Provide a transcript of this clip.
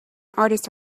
artist